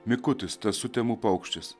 mikutis tas sutemų paukštis